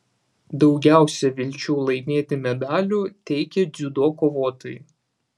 daugiausiai vilčių laimėti medalių teikė dziudo kovotojai